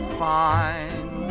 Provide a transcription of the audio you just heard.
fine